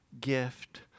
gift